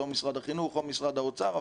או משרד החינוך או משרד האוצר,